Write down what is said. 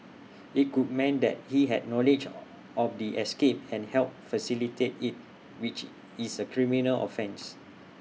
IT could mean that he had knowledge of the escape and helped facilitate IT which is A criminal offence